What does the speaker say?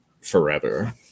forever